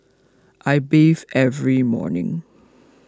I bathe every morning